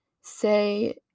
say